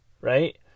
Right